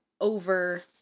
over